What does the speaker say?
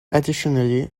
additionally